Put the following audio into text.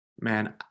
Man